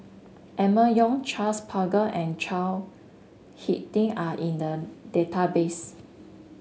Emma Yong Charles Paglar and Chao HicK Tin are in the database